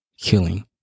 killing